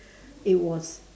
it was